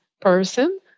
person